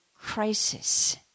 crisis